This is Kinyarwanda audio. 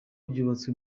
ryubatswe